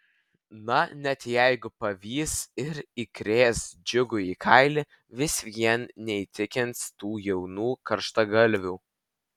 na net jeigu pavys ir įkrės džiugui į kailį vis vien neįtikins tų jaunų karštagalvių